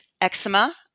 eczema